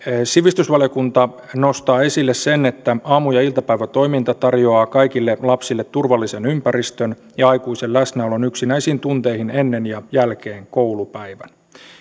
sivistysvaliokunta nostaa esille sen että aamu ja iltapäivätoiminta tarjoaa kaikille lapsille turvallisen ympäristön ja aikuisen läsnäolon yksinäisiin tunteihin ennen ja jälkeen koulupäivän